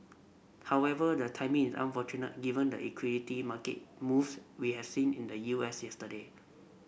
however their timing is unfortunate given the equity market moves we has seen in the U S yesterday